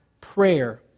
Prayer